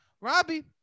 Robbie